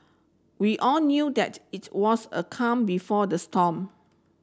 we all knew that its was a calm before the storm